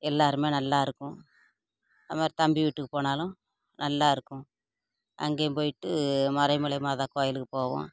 எல்லோருமே நல்லாயிருக்கும் அது மாதிரி தம்பி வீட்டுக்கு போனாலும் நல்லாயிருக்கும் அங்கேயும் போயிட்டு மறைமலை மாதா கோவிலுக்கு போவோம்